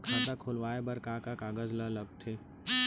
खाता खोलवाये बर का का कागज ल लगथे?